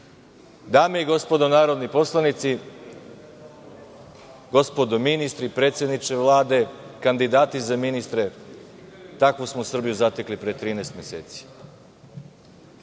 i gospodo narodni poslanici, gospodo ministri, predsedniče Vlade, kandidati za ministre, takvu smo Srbiju zatekli pre 13 meseci. Sada